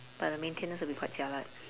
but the maintenance would be quite jialat